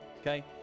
okay